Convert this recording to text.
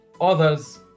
others